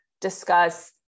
discuss